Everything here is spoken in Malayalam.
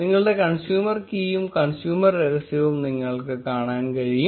നിങ്ങളുടെ കൺസ്യൂമർ കീയും കൺസ്യൂമർ രഹസ്യവും നിങ്ങൾക്ക് കാണാൻ കഴിയും